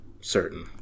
certain